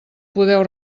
podeu